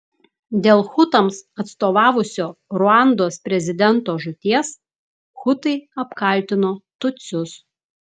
dėl hutams atstovavusio ruandos prezidento žūties hutai apkaltino tutsius